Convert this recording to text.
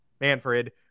Manfred